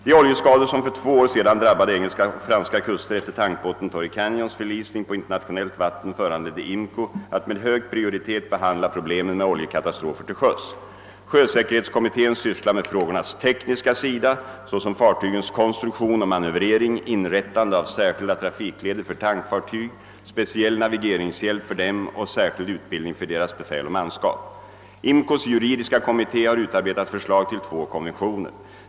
De oljeskador som för två år sedan drabbade engelska och franska kuster efter tankbåten Torrey Canyons förlisning på internationellt vatten föranledde IMCO att med hög prioritet behandla problemen med oljekatastrofer till sjöss. Sjösäkerhetskommittén sysslar med frågornas tekniska sida, såsom fartygens konstruktion och manövrering, inrättande av särskilda trafikleder för tankfartyg, speciell navigeringshjälp för dem och särskild utbildning för deras befäl och manskap. IMCO:s juridiska kommitté har utarbetat förslag till två konventioner.